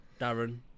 Darren